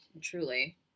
Truly